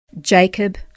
Jacob